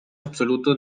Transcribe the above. absoluto